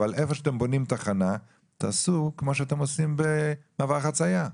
אבל איפה שאתם בונים תחנה חדשה תעשו מראש כמו שאתם עושים במעבר חצייה.